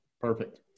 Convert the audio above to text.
Perfect